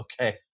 okay